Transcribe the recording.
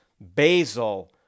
basil